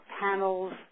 panels